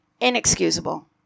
inexcusable